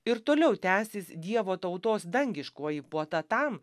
ir toliau tęsis dievo tautos dangiškoji puota tam